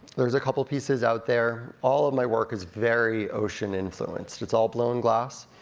there's a couple pieces out there, all of my work is very ocean-influenced. it's all blown glass.